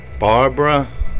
Barbara